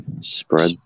spread